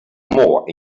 more